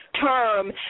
term